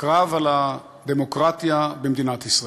הקרב על הדמוקרטיה במדינת ישראל.